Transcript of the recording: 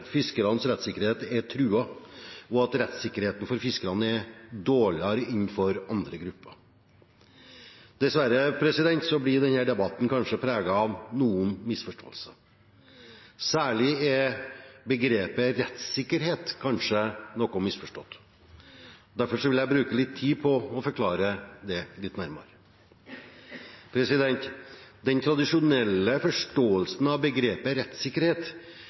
fiskernes rettssikkerhet er truet, og at rettssikkerheten for fiskerne er dårligere enn for andre grupper. Dessverre blir denne debatten preget av noen misforståelser. Særlig er begrepet «rettssikkerhet» kanskje noe misforstått. Derfor vil jeg bruke litt tid på å forklare det litt nærmere. Den tradisjonelle forståelsen av begrepet